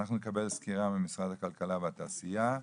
אנחנו נקבל סקירה ממשרד הכלכלה והתעשייה,